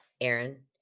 Aaron